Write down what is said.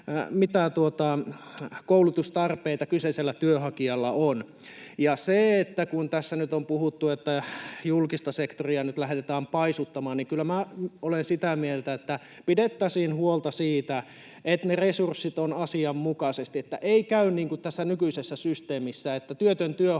mitä koulutustarpeita kyseisellä työnhakijalla on. Tässä nyt on puhuttu, että julkista sektoria nyt lähdetään paisuttamaan, mutta kyllä minä olen sitä mieltä, että pidettäisiin huolta siitä, että ne resurssit ovat asianmukaisesti, niin että ei käy niin kuin tässä nykyisessä systeemissä, että työtön työnhakija